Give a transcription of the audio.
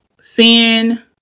sin